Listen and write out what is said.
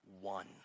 one